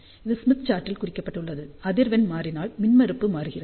இது Smith chart குறிக்கப்பட்டுள்ளது அதிர்வெண் மாறினால் மின்மறுப்பு மாறுகிறது